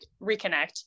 reconnect